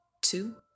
two